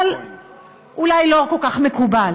אבל אולי לא כל כך מקובל.